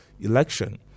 election